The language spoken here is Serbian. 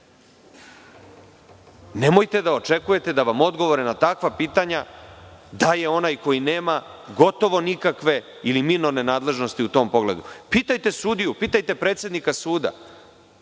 Nemojte da očekujete da vam odgovore na takva pitanja daje onaj koji nema gotovo nikakve ili minorne nadležnosti u tom pogledu. Pitajte sudiju, pitajte predsednika suda.